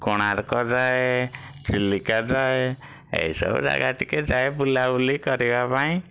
କୋଣାର୍କ ଯାଏ ଚିଲିକା ଯାଏ ଏଇ ସବୁ ଜାଗା ଟିକେ ଯାଏ ବୁଲାବୁଲି କରିବା ପାଇଁ